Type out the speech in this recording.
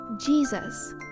Jesus